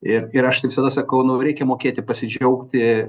ir ir aš visada sakau nu reikia mokėti pasidžiaugti